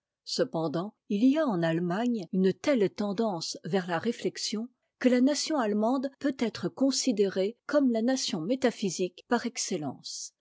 cependant il y a en allemagne une telle tendance vers la réflexion que la nation allemande peut être considérée comme la nation métaphysique par excellence